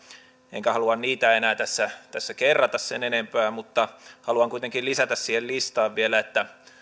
enkä halua niitä enää tässä tässä kerrata sen enempää mutta haluan kuitenkin lisätä siihen listaan vielä että